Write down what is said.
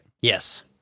Yes